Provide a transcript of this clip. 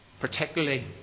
Particularly